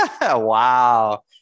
wow